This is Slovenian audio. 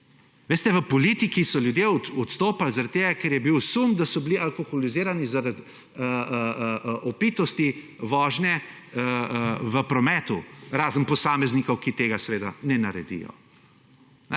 Veste, v politiki so ljudje odstopali zaradi tega, ker je bil sum, da so bili alkoholizirani zaradi opitosti vožnje v prometu. Razen posameznikov, ki tega seveda ne naredijo.